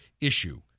issue